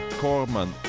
Corman